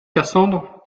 cassandre